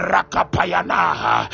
Rakapayanaha